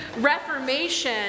reformation